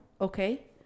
Okay